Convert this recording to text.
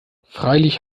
freilich